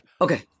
Okay